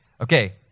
Okay